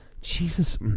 Jesus